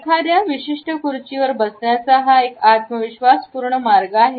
एखाद्या विशिष्ट खुर्चीवर बसण्याचा हा एक आत्मविश्वासपूर्ण मार्ग आहे